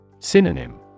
Synonym